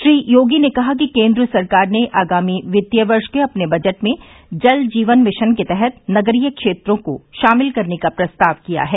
श्री योगी ने कहा कि केन्द्र सरकार ने आगामी वित्तीय वर्ष के अपने बजट में जल जीवन मिशन के तहत नगरीय क्षेत्रों को शामिल करने का प्रस्ताव किया है